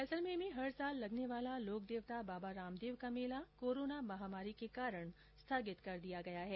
जैसलमेर में हर वर्ष लगने वाला लोकदेवता बाबा रामदेव का मेला कोरोना महामारी के कारण स्थगित कर दिया गया है